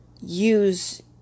use